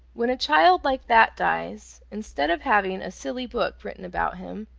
when a child like that dies, instead of having a silly book written about him,